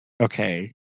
okay